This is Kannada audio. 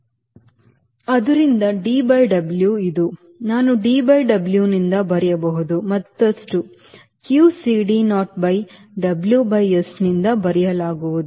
ಆದ್ದರಿಂದ D by W ಇದು ನಾನು D by W ನಿಂದ ಬರೆಯಬಹುದು ಮತ್ತಷ್ಟು q CD naught by W by S ನಿಂದ ಬರೆಯಲಾಗುವು